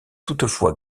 toutefois